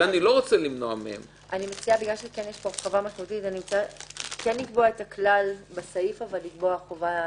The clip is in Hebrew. אני מציעה לקבוע את הכלל בסעיף ולקבוע חובה